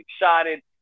excited